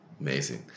Amazing